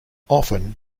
often